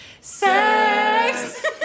Sex